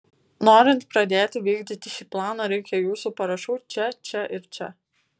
norint pradėti vykdyti šį planą reikia jūsų parašų čia čia ir čia